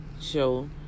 show